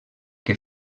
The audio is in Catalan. que